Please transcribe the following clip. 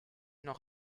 noch